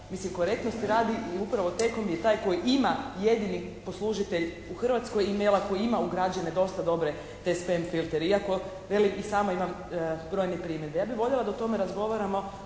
Mislim, korektnosti radi i upravo T.com je taj koji ima jedini poslužitelj u Hrvatskoj e-maila koji ima ugrađene dosta dobre …/Govornik se ne razumije./… filtere. Iako velim i sama imam brojne primjedbe. Ja bi voljela da o tome razgovaramo